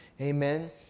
amen